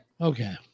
Okay